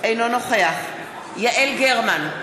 אינו נוכח יעל גרמן,